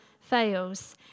fails